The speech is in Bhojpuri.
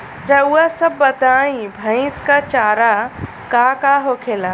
रउआ सभ बताई भईस क चारा का का होखेला?